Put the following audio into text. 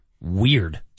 Weird